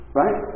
right